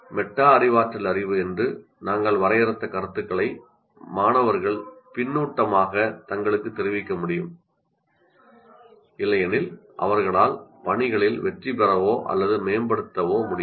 meta அறிவாற்றல் அறிவு என்று நாங்கள் வரையறுத்த கருத்துக்களை மாணவர்கள் தங்களுக்குத் தெரிவிக்க முடியும் இல்லையெனில் அவர்களால் பணிகளில் வெற்றிபெறவோ அல்லது மேம்படுத்தவோ முடியாது